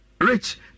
Rich